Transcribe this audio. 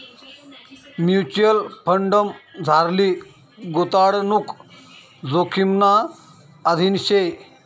mutual फंडमझारली गुताडणूक जोखिमना अधीन शे